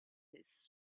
his